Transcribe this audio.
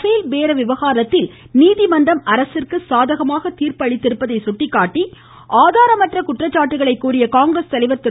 பேல் பேர விவகாரத்தில் நீதிமன்றம் அரசிற்கு சாதகமாக தீர்ப்பு அளித்திருப்பதை சுட்டிக்காட்டி ஆதாரமற்ற குற்றச்சாட்டுக்களை கூறிய காங்கிரஸ் தலைவா் திரு